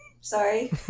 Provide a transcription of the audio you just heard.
Sorry